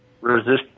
Resistance